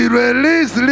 release